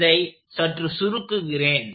இதை சற்று சுருக்குகிறேன்